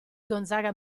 gonzaga